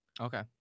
Okay